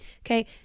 okay